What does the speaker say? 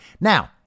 Now